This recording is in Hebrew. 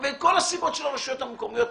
וכל הסיבות של הרשויות המקומיות,